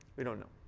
we don't know.